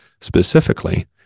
specifically